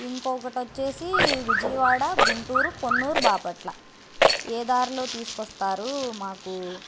ఇంక ఒకటి వచ్చేసి విజయవాడ గుంటూరు పొన్నూర్ బాపట్ల ఏ దారిలో తీసుకొస్తారు మాకు